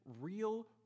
real